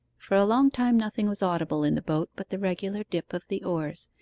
for a long time nothing was audible in the boat but the regular dip of the oars,